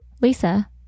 Lisa